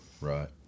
Right